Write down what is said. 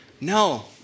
no